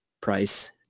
price